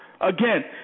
Again